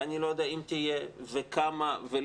ואני לא יודע אם תהיה וכמה ולמה,